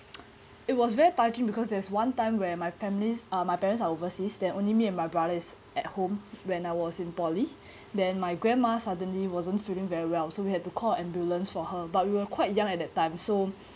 it was very touching because there's one time where my families uh my parents are overseas then only me and my brother is at home when I was in poly then my grandma suddenly wasn't feeling very well so we had to call a ambulance for her but we were quite young at that time so